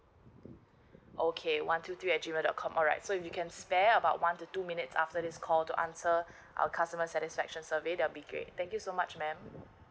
okay one two three at G mail dot com alright so if you can spare about one to two minutes after this call to answer our customer satisfaction survey that be great thank you so much ma'am